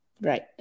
Right